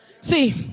See